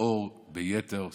לבעור ביתר שאת.